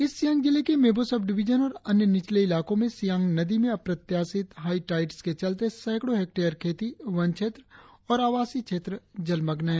east Siang जिले के Mebo sub division और अन्य निचले इलाकों में सियांग नदी में अप्रत्याशित हाई टाईड़स के चलते सैकड़ो हेक्टयर खेती वन क्षेत्र और आवासीय क्षेत्र जलमग्न है